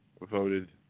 voted